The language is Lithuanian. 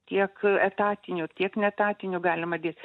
tiek etatinių tiek neetatinių galima dėt